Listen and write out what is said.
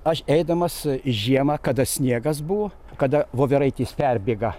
aš eidamas žiemą kada sniegas buvo kada voveraitės perbėga